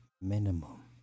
minimum